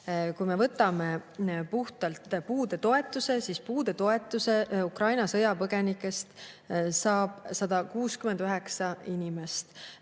Kui me võtame puhtalt puudetoetuse, siis puudetoetust saab Ukraina sõjapõgenikest 169 inimest.